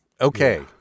Okay